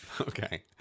Okay